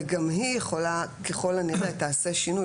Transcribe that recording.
וגם היא ככל הנראה תעשה שינוי,